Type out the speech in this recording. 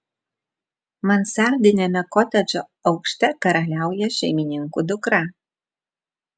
mansardiniame kotedžo aukšte karaliauja šeimininkų dukra